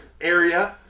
area